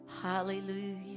Hallelujah